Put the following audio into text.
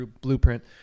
blueprint